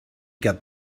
got